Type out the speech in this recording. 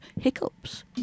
hiccups